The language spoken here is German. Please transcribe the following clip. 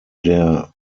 der